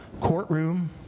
courtroom